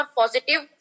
positive